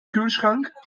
kühlschrank